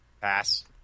Pass